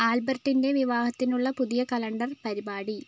ആൽബർട്ടിൻ്റെ വിവാഹത്തിനുള്ള പുതിയ കലണ്ടർ പരിപാടി